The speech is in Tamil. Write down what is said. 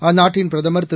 அந்நாட்டின் பிரதமர் திரு